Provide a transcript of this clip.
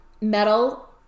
metal